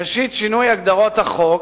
ראשית, שינוי הגדרות החוק